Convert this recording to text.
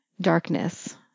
darkness